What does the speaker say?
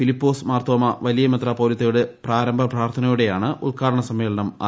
ഫിലിപ്പോസ് മാർത്തോമ വലിയ മെത്രാ പോലിത്തയുടെ പ്രാരംഭ പ്രാർത്ഥനയോടെയാണ് ഉദ്ഘാടന സമ്മേളനം ആരംഭിച്ചത്